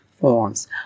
forms